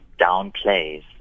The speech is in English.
downplays